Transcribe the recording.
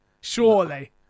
Surely